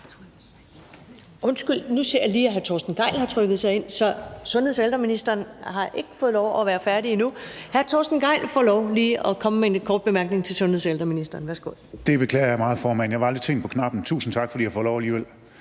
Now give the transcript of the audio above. Undskyld, nu ser jeg lige, at hr. Torsten Gejl har trykket sig ind, så sundheds- og ældreministeren får ikke lov at være færdig endnu. Hr. Torsten Gejl får lov til lige at komme med en kort bemærkning til sundheds- og ældreministeren. Værsgo. Kl. 14:24 Torsten Gejl (ALT): Det beklager jeg meget, formand, jeg var lidt sen på knappen – tusind tak for, at jeg får lov alligevel!